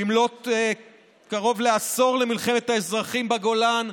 במלאת קרוב לעשור למלחמת האזרחים בגולן,